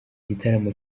gitaramo